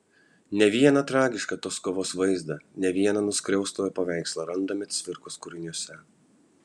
ne vieną tragišką tos kovos vaizdą ne vieną nuskriaustojo paveikslą randame cvirkos kūriniuose